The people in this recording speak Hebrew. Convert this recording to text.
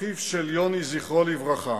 אחיו של יוני זכרו לברכה,